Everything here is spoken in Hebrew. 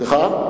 סליחה?